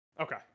Okay